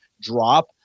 drop